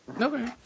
Okay